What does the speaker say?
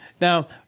Now